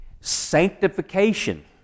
Sanctification